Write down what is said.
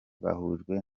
bahujwe